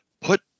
put